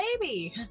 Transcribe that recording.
baby